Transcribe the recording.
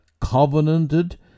covenanted